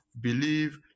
Believe